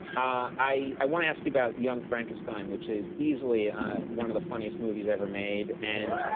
i wanna ask you about young frankenstein, which is easily one of the funniest movies ever made. and